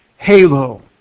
Halo